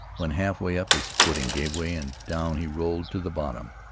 when half-way up his footing gave way, and down he rolled to the bottom.